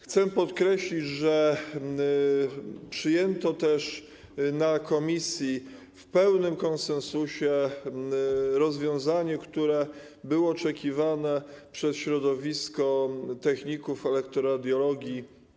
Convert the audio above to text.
Chcę podkreślić, że przyjęto też na posiedzeniu komisji w pełnym konsensusie rozwiązanie, które było oczekiwane przez środowisko techników elektroradiologii.